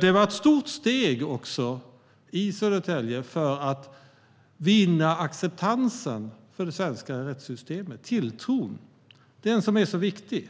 Det var ett stort steg i Södertälje för att vinna acceptans för det svenska rättssystemet och för tilltron till det som är så viktig.